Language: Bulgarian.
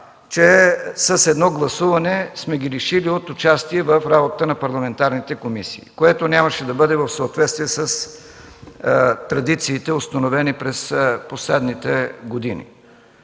че с едно гласуване сме ги лишили от участие в работата на парламентарните комисии, което нямаше да бъде в съответствие с традициите, установени през последните години.